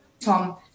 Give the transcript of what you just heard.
tom